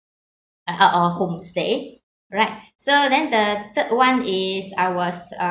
uh oh home stay alright so then the third one is I was uh